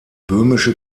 böhmische